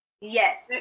Yes